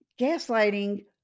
Gaslighting